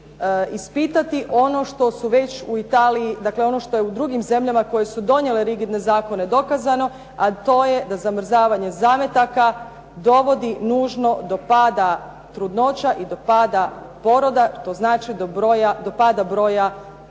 ispitati ono što su već u Italiji, dakle ono što je u drugim zemljama koje su donijele rigidne zakone, dokazano, a to je da zamrzavanje zametaka dovodi nužno do pada trudnoća i do pada poroda, to znači do pada broja